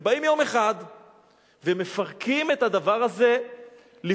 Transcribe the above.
ובאים יום אחד ומפרקים את הדבר הזה לפרוטות,